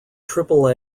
triple